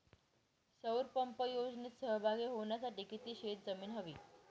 सौर पंप योजनेत सहभागी होण्यासाठी किती शेत जमीन हवी?